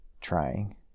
trying